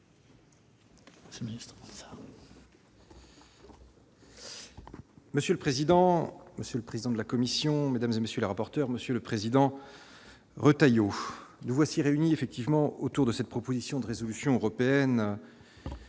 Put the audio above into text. Monsieur le président, monsieur le président de la commission, mesdames et messieurs les rapporteurs, monsieur le président, Retailleau, nous voici réunis effectivement autour de cette proposition de résolution européenne